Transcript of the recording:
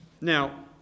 Now